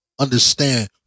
understand